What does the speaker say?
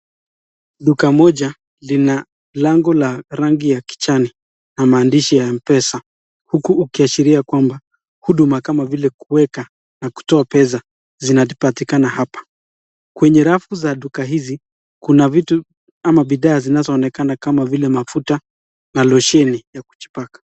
Duka moja lina lango la rangi ya kijani na maandishi ya mpesa huku ukiashiria kwamba huduma kama vile kuweka na kutoa pesa zinapatikana hapa, kwenye rafu za duka hizi kuna vitu ama bidhaa zinazoonekana kama vile mafuta na losheni ya kujipaka.